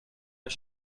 are